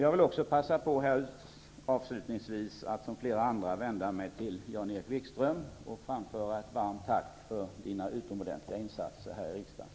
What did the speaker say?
Jag vill, liksom flera redan gjort, avslutningsvis vända mig till Jan-Erik Wikström och framföra ett varmt tack för hans utomordentliga insatser här i riksdagen.